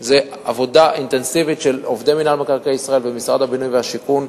זה עבודה אינטנסיבית של עובדי מינהל מקרקעי ישראל ומשרד הבינוי והשיכון,